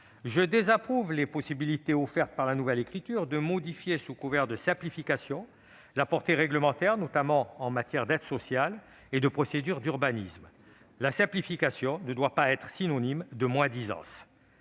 je désapprouve les possibilités offertes par la nouvelle rédaction du texte de modifier, sous couvert de simplification, la portée des réglementations, notamment en matière d'aide sociale et de procédure d'urbanisme. La simplification ne doit pas être synonyme de moins-disance.